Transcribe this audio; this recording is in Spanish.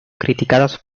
criticadas